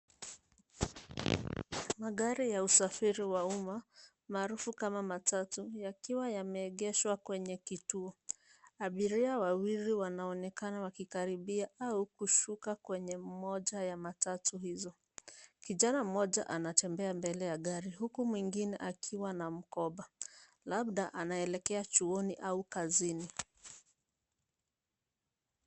Magari ya usafiri wa umma maarufu kama matatu, yakiwa yameegeshwa kwenye kituo. Abiria wawili wanaonekana wakikaribia au kushuka kwenye moja ya matatu hizo. Kijana mmoja anatembea mbele ya gari huku mwingine akiwa na mkoba; labda anaelekea chuoni au kazini.